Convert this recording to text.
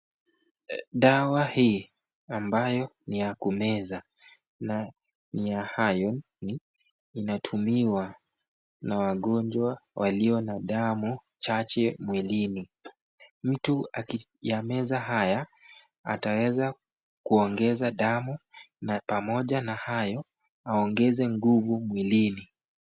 Dawa hii ambayo ni ya kumeza na ni ya Iron ana na inatumiwa na wagonjwa walio na damu chache mwilini. Mtu akiyameza haya ataweza kuongeza damu na pamoja na hayo aongeze nguvu mwilini.